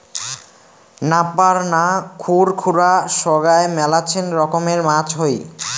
নাপার না, খুর খুরা সোগায় মেলাছেন রকমের মাছ হই